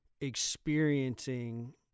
experiencing